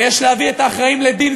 ויש להביא את האחראים לדין,